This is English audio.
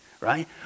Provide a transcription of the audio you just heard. right